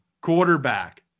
quarterback